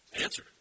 Answer